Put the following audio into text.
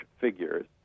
figures